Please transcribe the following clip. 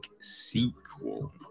sequel